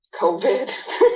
COVID